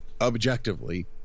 objectively